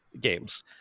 games